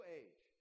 age